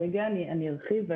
אני ארחיב.